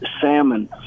Salmon